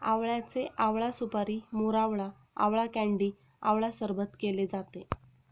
आवळ्याचे आवळा सुपारी, मोरावळा, आवळा कँडी आवळा सरबत केले जाते